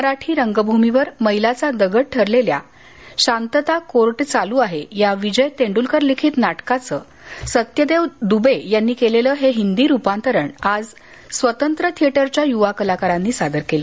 मराठी रंगभूमीवर मैलाचा दगड ठरलेल्या शांतता कोर्ट चालू आहे या विजय तेंडूलकर लिखित नाटकाचं सत्यदेव दुबे यांनी केलेलं हे हिंदी रूपांतरण आज स्वतंत्र थिएटरच्या युवा कलाकारांनी सादर केलं